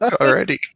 Already